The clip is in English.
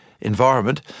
environment